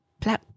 plap